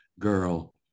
girl